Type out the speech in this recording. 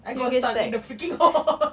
I got stuck in the freaking hole